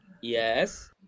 Yes